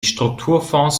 strukturfonds